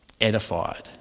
edified